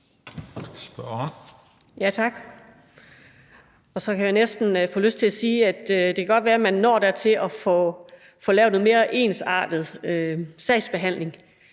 (V): Tak. Så kan jeg næsten få lyst til at sige, at det godt kan være, at man når dertil at få lavet en mere ensartet sagsbehandling